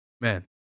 man